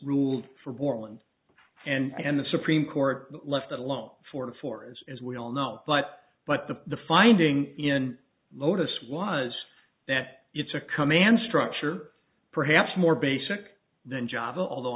ruled for borland and the supreme court left it alone for four years as we all know but but the the finding in lotus was that it's a command structure perhaps more basic than java although